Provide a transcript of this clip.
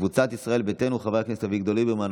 קבוצת סיעת ישראל ביתנו: חברי הכנסת אביגדור ליברמן,